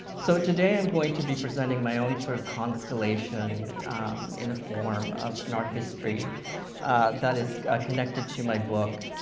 so today i'm going to be presenting my own sort of constellation in the form of an art history that is connected to my book,